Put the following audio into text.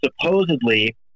supposedly